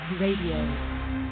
Radio